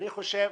אני חושב